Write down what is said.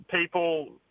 people